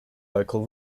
local